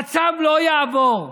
הצו לא יעבור.